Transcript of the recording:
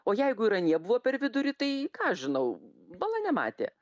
o jeigu ir anie buvo per vidurį tai ką žinau bala nematė